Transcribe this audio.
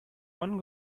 one